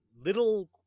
little